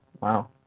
Wow